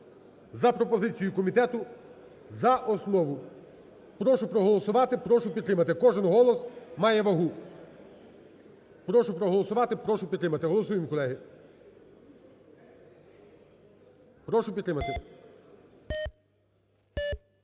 за пропозицією комітету за основу. Прошу проголосувати, прошу підтримати, кожен голос має вагу. Прошу проголосувати, прошу підтримати. Голосуємо, колеги. Прошу підтримати.